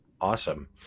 Awesome